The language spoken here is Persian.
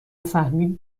فهمیدی